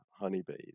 honeybees